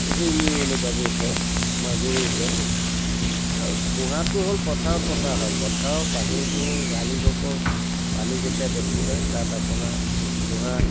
শিঙী এনেকুৱাবোৰ উঠে মাগুৰো উঠে আৰু থোঁহাটো হ'ল পথাৰত পতা হয় পথাৰৰ পানীবোৰ আলিবিলাকৰ পানী যেতিয়া বেছি হয় তাত আপোনাৰ থোঁহা